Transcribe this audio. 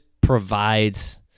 provides